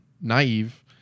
naive